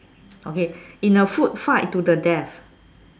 okay in a food fight to the death